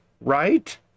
right